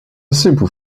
simple